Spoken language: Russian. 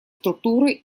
структуры